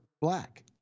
black